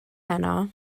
heno